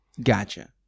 Gotcha